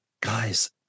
guys